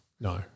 No